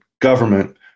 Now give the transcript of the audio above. government